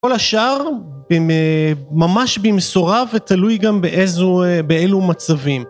כל השאר, ממש במסורה ותלוי גם באילו מצבים